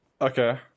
Okay